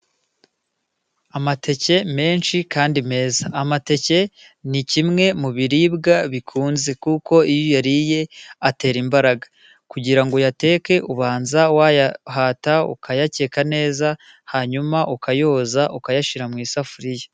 Amateke menshi kandi meza. Amateke ni kimwe mu biribwa bikunze, kuko iyoyaye atera imbaraga. Kugirango uyateke ubanza wayahata, ukayakeka neza, hanyuma ukayoza ukayashyira mu isafuriya.